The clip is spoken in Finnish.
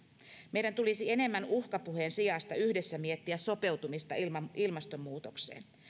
meidän tulisi enemmän uhkapuheen sijasta yhdessä miettiä sopeutumista ilmastonmuutokseen